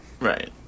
Right